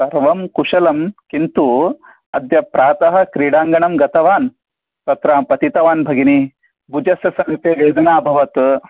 सर्वं कुशलं किन्तु अद्यप्रातः क्रीडाङ्गणं गतवान् तत्र अहं पतितवान् भगिनी भुजस्य समीपे वेदना अभवत्